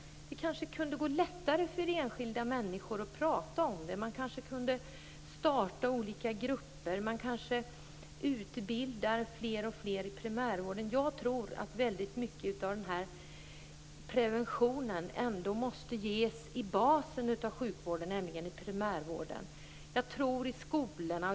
Det kanske skulle gå lättare för enskilda människor att tala om det. Man kanske kunde starta olika grupper, utbilda fler och fler i primärvården. Jag tror att väldigt mycket av preventionen ändå måste ges i basen av sjukvården, nämligen i primärvården, och i skolorna.